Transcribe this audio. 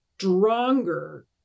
stronger